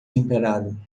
temperado